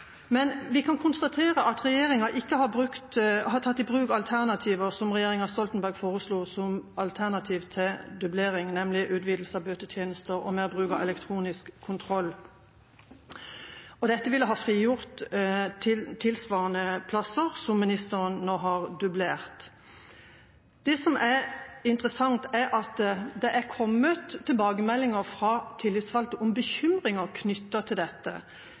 Men vi kan konstatere at regjeringa ikke har tatt i bruk det som regjeringa Stoltenberg foreslo som alternativ til dublering, nemlig utvidelse av bøtetjeneste og mer bruk av elektronisk kontroll. Dette ville ha frigjort tilsvarende plasser som ministeren nå har dublert. Det som er interessant, er at det er kommet tilbakemeldinger fra tillitsvalgte om bekymringer knyttet til dette,